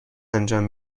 انجام